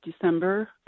December